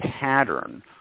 pattern